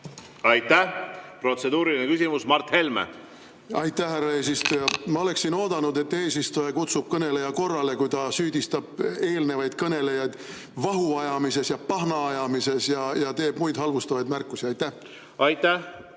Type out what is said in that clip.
Aitäh! Protseduuriline küsimus, Mart Helme, palun! Aitäh, härra eesistuja! Ma oleksin oodanud, et eesistuja kutsub kõneleja korrale, kui ta süüdistab eelnevaid kõnelejaid vahuajamises ja pahnaajamises ja teeb muid halvustavaid märkusi. Aitäh!